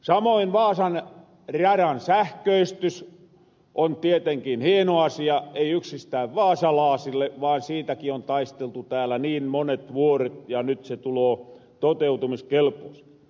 samoin vaasan raran sähköistys on tietenkin hieno asia ei yksistään vaasalaasille vaan siitäkin on taisteltu täällä niin monet vuoret ja nyt se tuloo toteutumiskelposeks